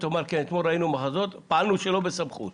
ואתה רואה אותם מסביב